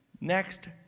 Next